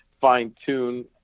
fine-tune